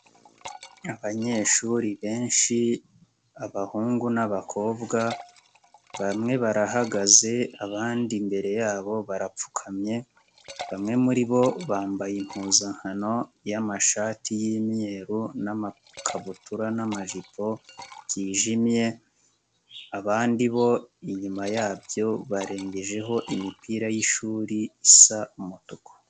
Abanyeshuri benshi, abahungu n'abakobwa, bamwe barahagaze abandi imbere yabo barapfukamye, bamwe muri bo bambaye impuzankano y'amashati y'imyeru n'amakabutura n'amajipo byijimye, abandi bo inyuma yabyo barengejeho imipira y'ishuri isa umutuku.